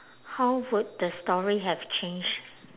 how would the story have changed